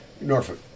Norfolk